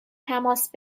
تماس